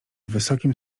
wysokim